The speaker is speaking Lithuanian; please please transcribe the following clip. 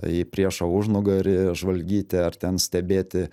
į priešo užnugarį žvalgyti ar ten stebėti